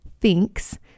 thinks